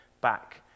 back